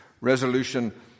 resolution